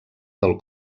del